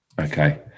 Okay